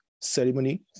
ceremony